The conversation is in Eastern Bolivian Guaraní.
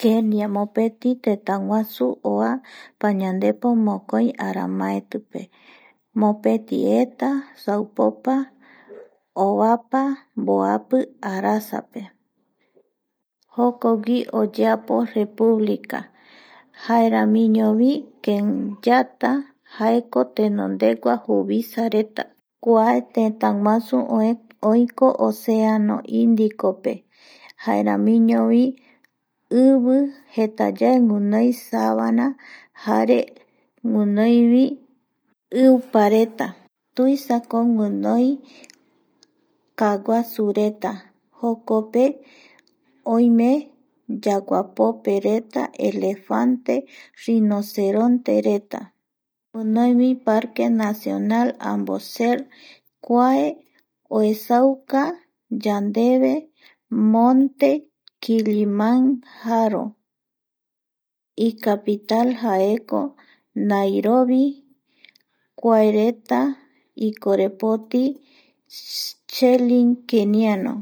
Kenia mopeti tëtäguasu oa pañandepo mokoi aramaetipe mopeti eta saupopa ovapa mboapi arasape jokogui oyeapo república jaeramiñovi kenyata jaeko tenondegua juvisareta kuae tetaguasu oiko oceano indicope jaeramiñovi ivijetayae guinoi sabana jare guinoivi iupareta tuisako guinoi, kaaguasureta jokope oime yaguapopereta elefante rinoserontereta guinoivi parque nacional amboser kuae oesauka yandeve monte kiliman jaro icapital jaeko nairovi kuaereta icorepoti chelin keniano